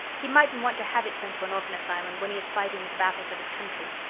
he mightn't want to have it sent to an orphan asylum, when he is fighting the battles of his country.